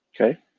Okay